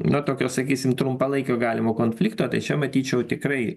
na tokio sakysim trumpalaikio galimo konflikto tai čia matyčiau tikrai